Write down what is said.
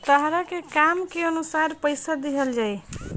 तहरा के काम के अनुसार पइसा दिहल जाइ